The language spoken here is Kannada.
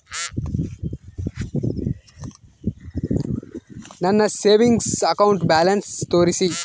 ನನ್ನ ಸೇವಿಂಗ್ಸ್ ಅಕೌಂಟ್ ಬ್ಯಾಲೆನ್ಸ್ ತೋರಿಸಿ?